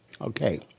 Okay